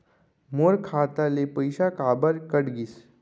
मोर खाता ले पइसा काबर कट गिस?